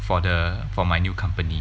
for the for my new company